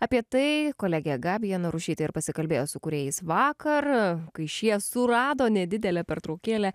apie tai kolegė gabija narušytė ir pasikalbėjo su kūrėjais vakar kai šie surado nedidelę pertraukėlę